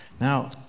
Now